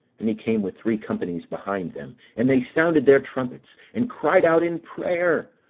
and he came with three companies behind them, and they sounded their trumpets, and cried out in prayer.